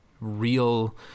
real